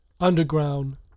Underground